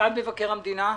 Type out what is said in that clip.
משרד מבקר המדינה.